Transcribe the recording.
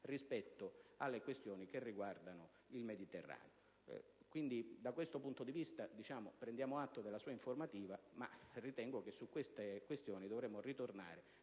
rispetto alle questioni riguardanti il Mediterraneo. Da questo punto di vista, prendiamo atto della sua informativa, ma ritengo che su tali questioni dovremmo ritornare,